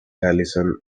alison